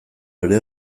ere